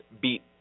beat